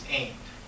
aimed